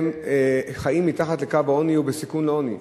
חיים מתחת לקו העוני ובסיכון לעוני.